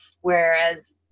whereas